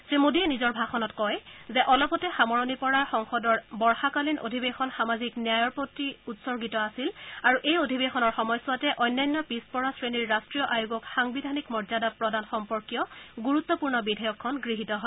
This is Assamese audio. শ্ৰীমোডীয়ে নিজৰ ভাষণত কয় যে অলপতে সামৰণি পৰা সংসদৰ বৰ্যকালীন অধিৱেশন সামাজিক ন্যায়ৰ প্ৰতি উৎসৰ্গিত আছিল আৰু এই অধিৱেশনৰ সময়ছোৱাতে অন্যান্য পিছপৰা শ্ৰেণীৰ ৰাষ্ট্ৰীয় আয়োগক সাংবিধানিক মৰ্যাদা প্ৰদান সম্পৰ্কীয় গুৰুত্পূৰ্ণ বিধেয়কখন গৃহীত হয়